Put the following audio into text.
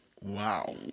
Wow